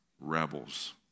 rebels